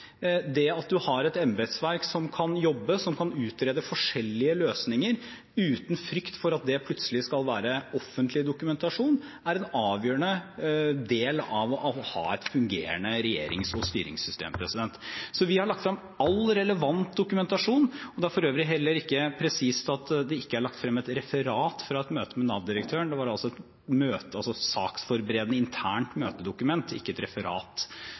Det at vi har et embetsverk som kan jobbe, og som kan utrede forskjellige løsninger uten frykt for at det plutselig skal være offentlig dokumentasjon, er en avgjørende del av å ha et fungerende regjerings- og styringssystem. Vi har lagt frem all relevant dokumentasjon. Det er for øvrig heller ikke presist at det ikke er lagt frem et referat fra et møte med Nav-direktøren. Det var et saksforberedende, internt møtedokument, ikke et referat,